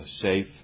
safe